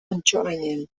antsoainen